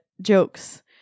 jokes